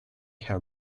her